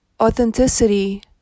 authenticity